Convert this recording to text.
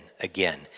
again